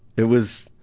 it was